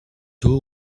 two